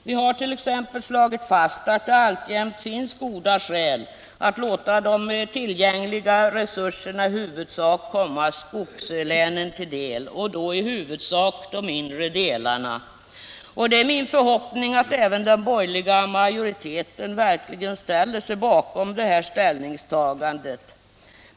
Vi har t.ex. slagit fast att det alltjämt finns goda skäl att låta de tillgängliga resurserna i huvudsak komma skogslänen till del, och då främst de inre delarna. Det är min förhoppning att även den borgerliga majoriteten verkligen ställer sig bakom denna uppfattning.